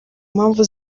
mpamvu